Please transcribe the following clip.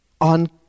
on